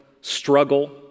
struggle